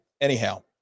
anyhow